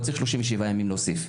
לא צריך 37 ימים להוסיף,